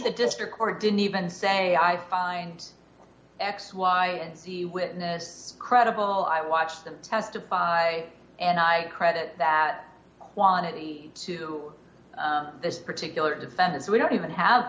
the district or didn't even say i find x y and z witness credible i watched them testify and i credit that quantity to this particular defendant so we don't even have